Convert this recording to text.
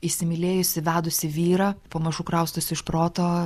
įsimylėjusi vedusį vyrą pamažu kraustosi iš proto